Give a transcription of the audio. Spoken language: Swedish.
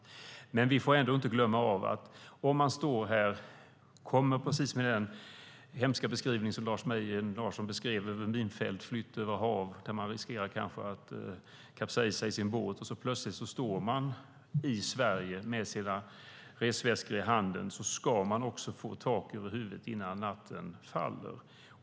Om man plötsligt står här med resväskan efter en flykt över minfält och hav där man har riskerat att kapsejsa då ska man få tak över huvudet innan natten faller.